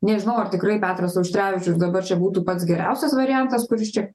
nežinau ar tikrai petras auštrevičius dabar čia būtų pats geriausias variantas kuris čia